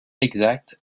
exact